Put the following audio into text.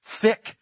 thick